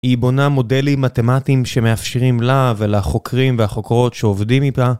היא בונה מודלים מתמטיים שמאפשרים לה ולחוקרים והחוקרות שעובדים איתה.